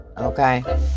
Okay